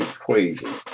equation